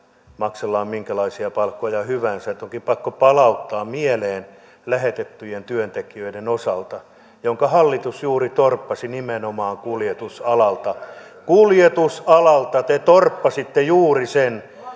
maksellaan minkälaisia palkkoja hyvänsä on toki pakko palauttaa mieleen asia lähetettyjen työntekijöiden osalta jonka hallitus juuri torppasi nimenomaan kuljetusalalta kuljetusalalta te torppasitte juuri sen